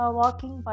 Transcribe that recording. walking